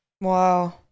Wow